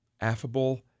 affable